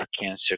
cancer